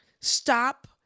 Stop